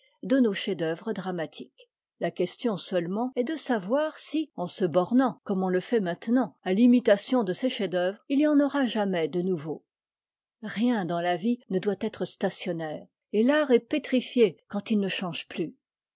de nos chefs-d'oeuvre dramatiques la question seulement est de savoir si en se bornant comme on le fait maintenant à l'imitation de ces chefs-d'œuvre il y en aura jamais de nouveaux rien dans la vie ne doit être stationnaire et l'art est pétrifié quand il ne change plus